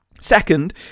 Second